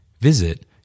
Visit